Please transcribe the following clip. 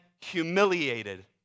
humiliated